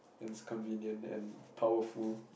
it's convenient and powerful